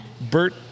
Bert